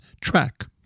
Track